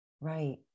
Right